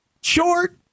short